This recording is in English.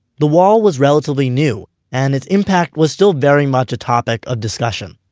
the wall was relatively new and its impact was still very much a topic of discussion.